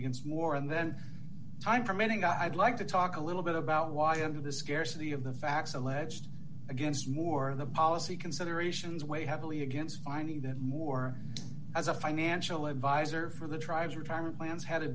against war and then time permitting i'd like to talk a little bit about why the end of the scarcity of the facts alleged against more of the policy considerations weighed heavily against finding that more as a financial adviser for the tribes retirement plans had a